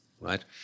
right